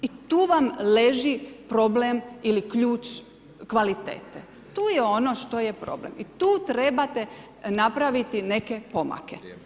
I tu vam leži problem ili ključ kvalitete, tu je ono što je problem i tu trebate napraviti neke pomake.